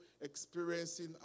experiencing